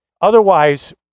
Otherwise